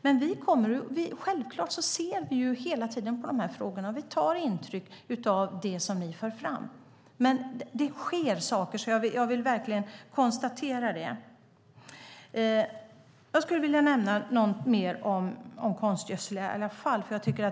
Men självklart ser vi hela tiden över dessa frågor, och vi tar intryck av det som ni för fram. Men det sker saker. Jag vill verkligen konstatera det. Jag skulle vilja nämna något mer om konstgödsel.